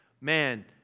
Man